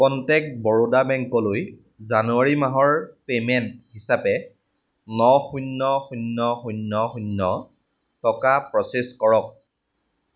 contact Baroda বেংকলৈ জানুৱাৰী মাহৰ পে'মেণ্ট হিচাপে ন শূন্য শূন্য শূন্য শূন্য টকা প্ৰ'চেছ কৰক